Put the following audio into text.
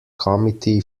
committee